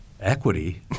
Equity